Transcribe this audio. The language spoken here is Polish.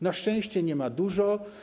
Na szczęście nie ma ich dużo.